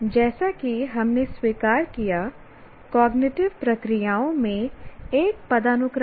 जैसा कि हमने स्वीकार किया कॉग्निटिव प्रक्रियाओं में एक पदानुक्रम है